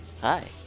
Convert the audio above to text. Hi